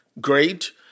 great